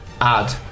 add